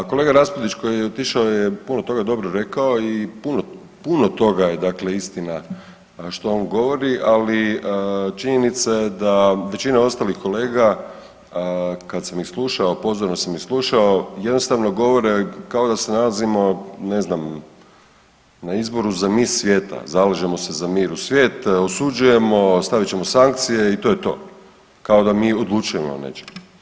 Kolega Raspudić koji je otišao je puno toga dobro rekao i puno, puno toga je dakle istina što on govori ali činjenica je da većina ostalih kolega kad sam ih slušao, a pozorno sam ih slušao jednostavno govore kao da se nalazimo ne znam na izboru za miss svijeta, zalažemo se za mir u svijetu, osuđujemo, stavit ćemo sankcije i to je to kao da mi odlučujemo o nečemu.